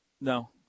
No